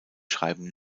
schreiben